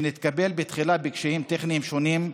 שנתקל בתחילה בקשיים טכניים שונים.